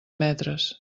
metres